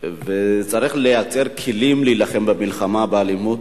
וצריך לייצר כלים להילחם באלימות,